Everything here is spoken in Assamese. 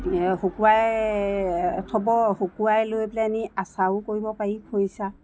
শুকুৱাই থ'ব শুকুৱাই লৈ পেলানি আচাৰু কৰিব পাই খৰিচা